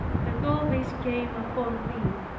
that all this came upon me.